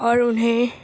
اور اُنہیں